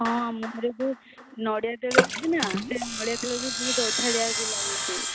ହଁ ଆମ ଘରେ ଯେଉଁ ନଡ଼ିଆ ତେଲ ଅଛି ନା ସେ ନଡ଼ିଆ ତେଲ ବି ବହୁତ ଅଠାଳିଆ ବି ଲାଗୁଛି